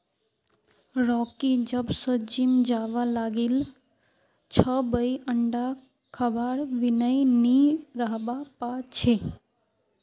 Rocky जब स gym जाबा लागिल छ वइ अंडा खबार बिनइ नी रहबा पा छै